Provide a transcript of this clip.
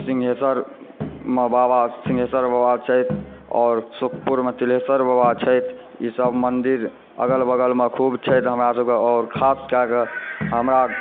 सिंहेश्वरमे बाबा सिंहेश्वर बाबा छथि आओर सुखपुरमे तिलेश्वर बाबा छथि ईसभ मन्दिर अगल बगलमे खूब छथि हमरासभके आओर खास कएके हमरा